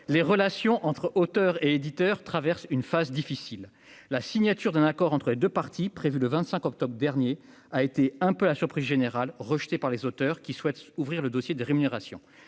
les relations entre auteurs et éditeurs traverse une phase difficile, la signature d'un accord entre les 2 parties, prévu le 25 octobre dernier a été un peu la surprise générale, rejetée par les auteurs, qui souhaite ouvrir le dossier des rémunérations